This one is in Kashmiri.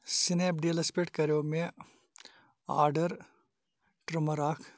سنیپ ڈِیٖلَس پٮ۪ٹھ کَریو مےٚ آرڈَر ٹِرٛمَر اکھ